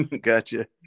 gotcha